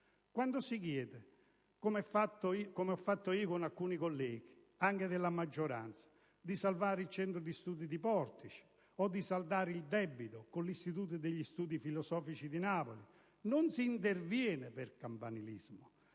Quando si chiede, come ho fatto io con alcuni colleghi - anche della maggioranza - di salvare il Centro studi di Portici o di «saldare il debito» con l'Istituto degli studi filosofici di Napoli, non si interviene per campanilismo,